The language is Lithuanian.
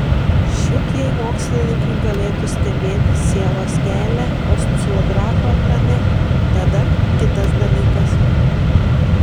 šit jei mokslininkai galėtų stebėti sielos kelią oscilografo ekrane tada kitas dalykas